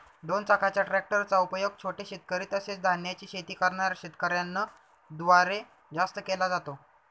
दोन चाकाच्या ट्रॅक्टर चा उपयोग छोटे शेतकरी, तसेच धान्याची शेती करणाऱ्या शेतकऱ्यांन द्वारे जास्त केला जातो